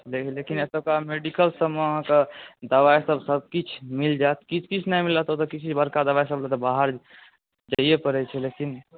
लेकिन देखिऔ एतुका मेडिकल सबमे अहाँकेँ दवाइ सब किछु मिल जायत किछु किछु नहि मिलत ओ किछु किछु बड़का दवाइ सब लऽ तऽ बाहर जाइए पड़ैत छै लेकिन